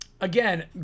Again